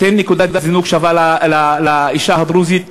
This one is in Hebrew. תן נקודת זינוק שווה לאישה הדרוזית,